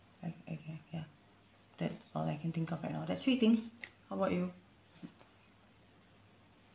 I okay ya that's all I can think of right now that's three things how about you